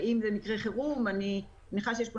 אם במקרה חירום אני מניחה שיש פה